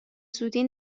زودی